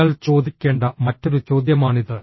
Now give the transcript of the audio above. നിങ്ങൾ ചോദിക്കേണ്ട മറ്റൊരു ചോദ്യമാണിത്